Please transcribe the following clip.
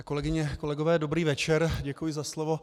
Kolegyně, kolegové, dobrý večer, děkuji za slovo.